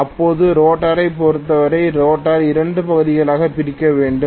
இப்போது ரோட்டரைப் பொருத்தவரை ரோட்டரை 2 பகுதிகளாகப் பிரிக்க வேண்டும்